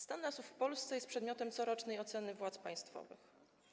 Stan lasów w Polsce jest przedmiotem corocznej oceny władzy państwowej.